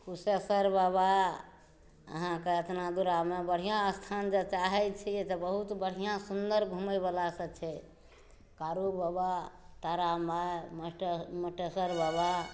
कुशेश्वर बाबा अहाँकेॅं एतना दूरामे बढ़िऑं स्थान जाय चाहै छियै तऽ बहुत बढ़िऑं सुन्दर घुमै वाला सब छै कारू बाबा तारा माइ मटेश्वर बाबा